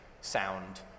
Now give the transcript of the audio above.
sound